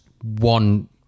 one